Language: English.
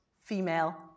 female